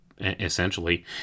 Essentially